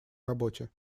работе